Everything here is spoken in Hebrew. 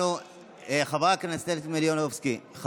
חברת הכנסת מלינובסקי, אנחנו עוברים להצבעה.